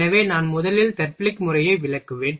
எனவே நான் முதலில் தெர்பிலிக் முறையை விளக்குவேன்